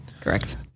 correct